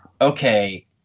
okay